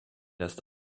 erst